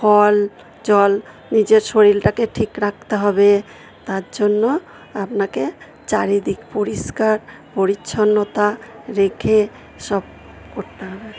ফল জল নিজের শরীরটাকে ঠিক রাখতে হবে তার জন্য আপনাকে চারিদিক পরিষ্কার পরিচ্ছন্নতা রেখে সব করতে হবে